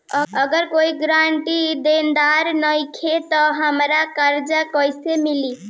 अगर कोई गारंटी देनदार नईखे त हमरा कर्जा कैसे मिली?